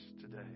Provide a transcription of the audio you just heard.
today